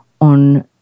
on